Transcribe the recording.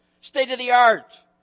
State-of-the-art